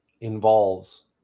involves